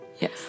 Yes